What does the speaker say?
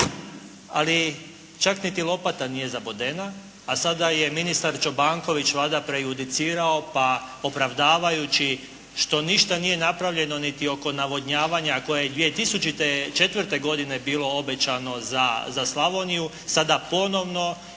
ali čak niti lopata nije ni zabodena, a sada je ministar Čobanković valjda prejudicirao pa opravdavajući što ništa nije napravljeno koje je 2004. godine bilo obećano za Slavoniju sada ponovno izlaze